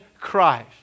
Christ